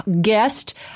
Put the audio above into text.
guest